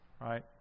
right